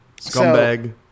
Scumbag